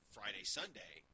Friday-Sunday